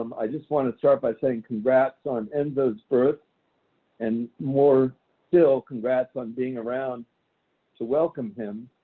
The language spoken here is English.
um i just want to start by saying congrats on enzo's birth and more still, congrats on being around to welcome him.